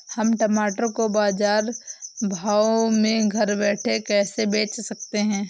हम टमाटर को बाजार भाव में घर बैठे कैसे बेच सकते हैं?